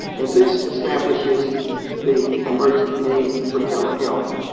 and this establishes the emergent need for telehealth.